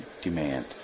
demand